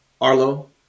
Arlo